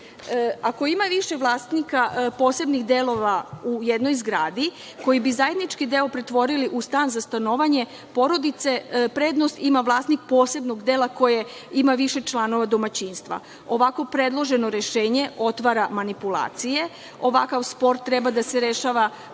ima više vlasnika posebnih delova u jednoj zgradi koji bi zajednički deo pretvorili u stan za stanovanje porodice, prednost ima vlasnik posebnog dela koje ima više članova domaćinstva. Ovako predloženo rešenje otvara manipulacije. Ovakav spor treba da rešava sama